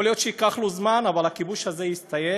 יכול להיות שייקח לו זמן, אבל הכיבוש הזה יסתיים.